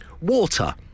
Water